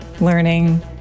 learning